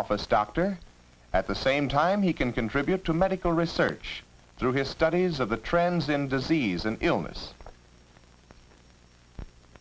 office dr at the same time he can contribute to medical research through his studies of the trends in disease and illness